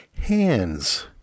hands